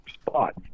spot